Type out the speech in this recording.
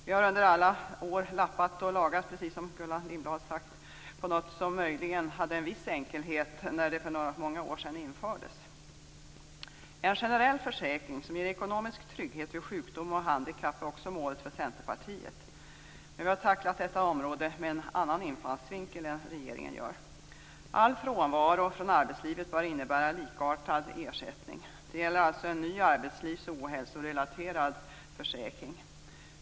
Vi har under alla år, som Gullan Lindblad sagt, lappat och lagat på något som möjligen hade en viss enkelhet när det för många år sedan infördes. En generell försäkring som ger ekonomisk trygghet vid sjukdom och handikapp är också för Centerpartiet ett mål, men vi har tacklat detta område med en annan infallsvinkel än regeringens. För all frånvaro från arbetslivet bör ges likartad ersättning. Det gäller alltså en ny arbetslivs och ohälsorelaterad försäkring.